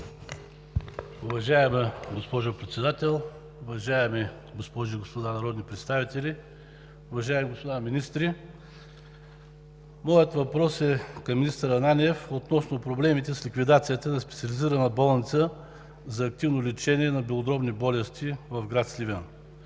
Уважаема госпожо Председател, уважаеми госпожи и господа народни представители, уважаеми господа министри! Моят въпрос към министър Ананиев е относно проблемите с ликвидацията на Специализирана болница за активно лечение на белодробни болести – Сливен.